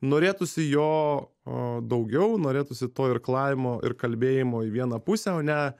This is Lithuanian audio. norėtųsi jo daugiau norėtųsi to irklavimo ir kalbėjimo į vieną pusę o ne